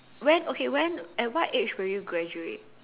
when okay when at what age would you graduate